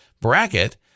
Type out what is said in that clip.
bracket